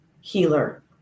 healer